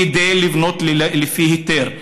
כדי לבנות לפי היתר,